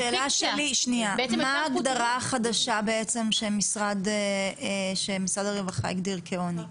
סליחה, מה ההגדרה החדשה שמשרד הרווחה הגדיר כעוני?